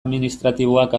administratiboak